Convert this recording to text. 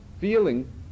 feeling